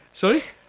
Sorry